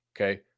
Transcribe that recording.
Okay